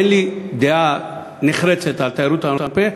אין לי דעה נחרצת על תיירות המרפא,